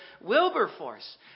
Wilberforce